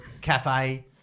cafe